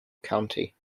county